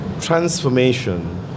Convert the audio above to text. transformation